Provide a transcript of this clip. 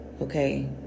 Okay